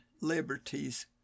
liberties